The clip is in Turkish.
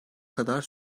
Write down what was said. kadar